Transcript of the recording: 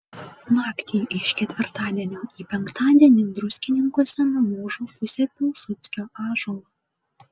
naktį iš ketvirtadienio į penktadienį druskininkuose nulūžo pusė pilsudskio ąžuolo